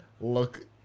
look